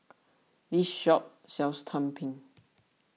this shop sells Tumpeng